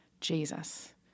Jesus